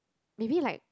maybe like